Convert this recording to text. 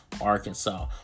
Arkansas